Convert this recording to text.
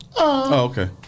okay